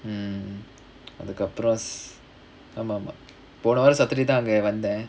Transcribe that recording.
mm அதுக்கு அப்புறம் ஆமா ஆமா போன வாரம்:athukku appuram aamaa aamaa pona vaaram saturday தான் அங்க வந்தேன்:thaan anga vanthaen